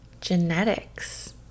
genetics